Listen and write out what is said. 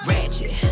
Ratchet